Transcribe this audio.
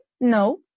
No